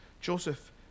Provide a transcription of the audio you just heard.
Joseph